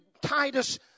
Titus